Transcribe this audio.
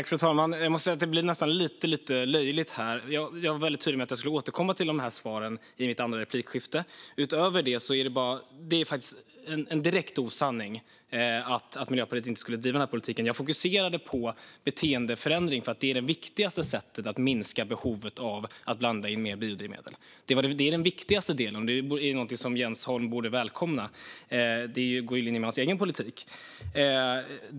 Fru talman! Jag måste säga att det nästan blir lite löjligt här. Jag var väldigt tydlig med att jag skulle återkomma till de här frågorna i min andra replik. Utöver detta är det faktiskt en direkt osanning att Miljöpartiet inte skulle driva den här politiken. Jag fokuserade på beteendeförändring eftersom det är det viktigaste sättet att minska behovet av att blanda in mer biodrivmedel. Det är den viktigaste delen, och det är någonting som Jens Holm borde välkomna - det går ju i linje med hans egen politik.